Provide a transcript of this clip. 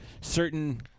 certain